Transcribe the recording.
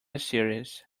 series